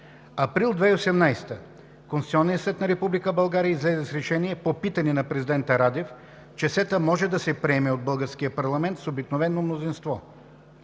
април 2018 г. Конституционният съд на Република България излезе с решение по питане на президента Радев, че СЕТА може да се приеме от българския парламент с обикновено мнозинство.